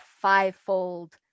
five-fold